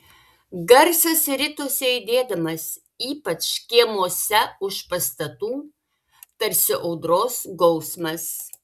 garsas ritosi aidėdamas ypač kiemuose už pastatų tarsi audros gausmas